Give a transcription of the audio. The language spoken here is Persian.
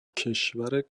کشور